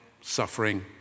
suffering